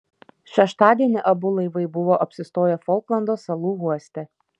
šeštadienį abu laivai buvo apsistoję folklando salų uoste